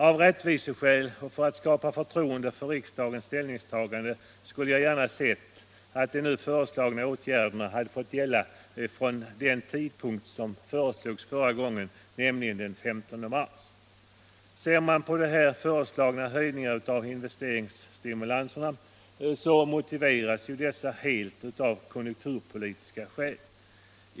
Av rättviseskäl och för att skapa förtroende för riksdagens ställningstagande skulle jag gärna ha sett att de nu föreslagna åtgärderna hade fått gälla från den tidpunkt som föreslogs förra gången, nämligen från den 15 mars. De föreslagna höjningarna av investeringsstimulanserna motiveras helt av konjunkturpolitiska skäl.